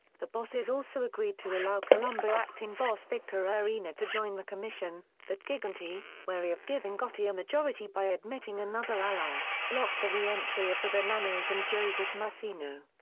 the bosses also agreed to allow colombo acting boss victor orena to join the commission, but gigante, wary of giving gotti a majority by admitting another ally, blocked the reentry of the bonannos' and joseph massino.